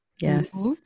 Yes